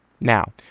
Now